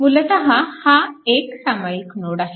मूलतः हा एक सामायिक नोड आहे